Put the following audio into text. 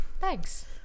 Thanks